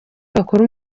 bakora